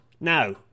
now